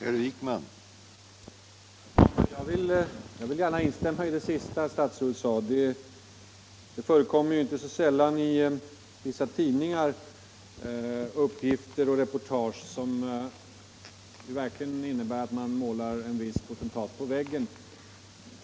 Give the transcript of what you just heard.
Herr talman! Jag vill gärna instämma i det senaste statsrådet sade. Det förekommer ju inte sällan i vissa tidningar uppgifter och reportage som verkligen innebär att man målar en viss potentat på väggen.